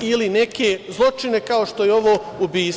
ili neke zločine kao što je ovo ubistvo.